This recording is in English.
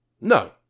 No